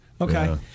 Okay